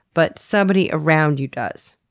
but somebody around you does?